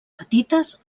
petites